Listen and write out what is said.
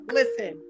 listen